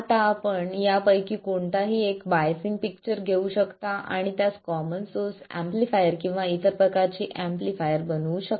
आता आपण यापैकी कोणतेही एक बायसिंग पिक्चर घेऊ शकता आणि त्यास कॉमन सोर्स एम्पलीफायर किंवा इतर प्रकारचे एम्पलीफायर बनवू शकता